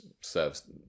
serves